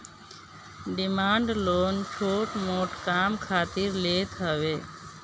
demand loan छोट मोट काम खातिर लेत हवे